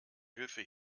hilfe